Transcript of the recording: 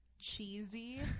cheesy